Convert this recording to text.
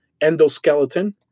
endoskeleton